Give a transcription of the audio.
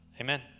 Amen